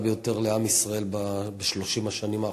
ביותר לעם ישראל ב-30 השנים האחרונות.